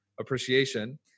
appreciation